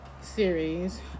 series